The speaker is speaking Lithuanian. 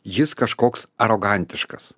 jis kažkoks arogantiškas